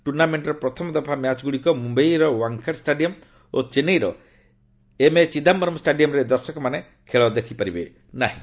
ଟୁର୍ଣ୍ଣାମେଣ୍ଟର ପ୍ରଥମ ଦଫା ମ୍ୟାଚ୍ ଗୁଡ଼ିକ ମୁମ୍ୟାଇର ୱାଙ୍ଗଡେ ଷ୍ଟାଡିୟମ୍ ଓ ଚେନ୍ନାଇର ଏମ୍ଏ ଚିଦାୟରମ୍ ଷ୍ଟାଡିୟମ୍ରେ ଦର୍ଶକମାନେ ଖେଳ ଦେଖିପାରିବେ ନାହିଁ